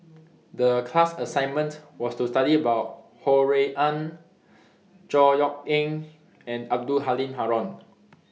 The class assignment was to study about Ho Rui An Chor Yeok Eng and Abdul Halim Haron